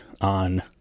on